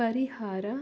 ಪರಿಹಾರ